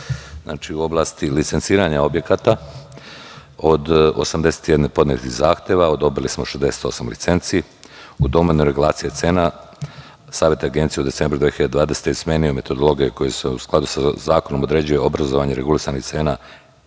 u oblasti licenciranja objekata. Od 81 podnetog zahteva, odobrili smo 68 licenci. U domenu regulacije cena, Savet Agencije je u decembru 2020. godine smenio metodologije kojima se u skladu sa zakonom određuje obrazovanje regulisanih cena